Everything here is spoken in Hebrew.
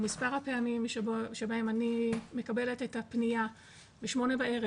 מספר הפעמים שבהם אני מקבלת את הפניה בשמונה בערב.